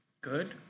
Good